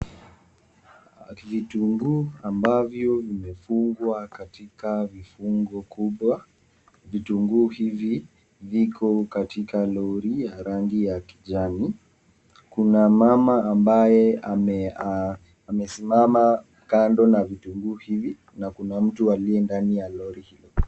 Vitunguu ambavyo vimefungwa katika vifungu kubwa. Vitunguu hivi viko katika lori ya rangi ya kijani. Kuna mama ambaye amesimama kando na vitunguu hivi. Na kuna mtu aliye ndani ya lori hilo.